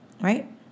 right